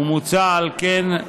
ומוצע, על כן,